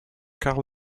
carl